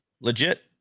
legit